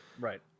Right